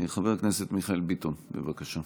חבר הכנסת מיכאל ביטון, בבקשה.